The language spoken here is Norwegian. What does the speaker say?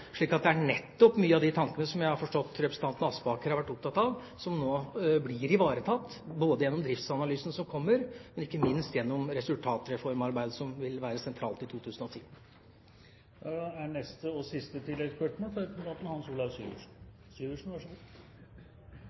det er nettopp mange av de tankene som jeg har forstått at representanten Aspaker har vært opptatt av, som nå blir ivaretatt både gjennom driftsanalysen som kommer, og ikke minst gjennom resultatreformarbeidet, som vil være sentralt i 2010. Hans Olav Syversen – til oppfølgingsspørsmål. Ja, er det noen som virkelig trenger et godt nytt år, så